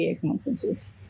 conferences